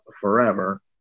forever